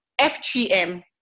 FGM